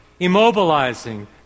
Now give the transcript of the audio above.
immobilizing